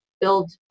build